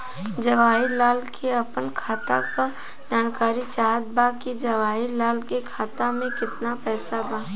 जवाहिर लाल के अपना खाता का जानकारी चाहत बा की जवाहिर लाल के खाता में कितना पैसा बा?